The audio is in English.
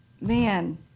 Man